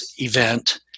event